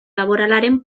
laboralaren